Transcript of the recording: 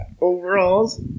Overalls